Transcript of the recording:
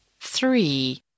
Three